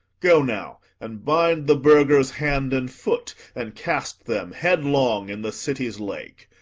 go now, and bind the burghers hand and foot, and cast them headlong in the city's lake.